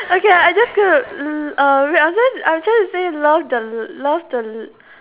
okay I just going to uh wait I'm trying I'm trying to say love the l~ love the l~